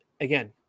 again